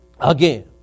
Again